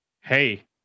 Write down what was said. Hey